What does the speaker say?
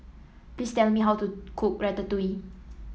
please tell me how to cook Ratatouille